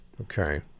Okay